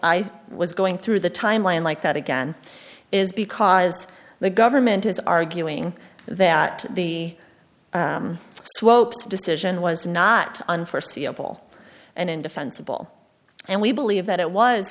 i was going through the timeline like that again is because the government is arguing that the decision was not unforeseeable and indefensible and we believe that it was